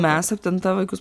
mes septintą vaikus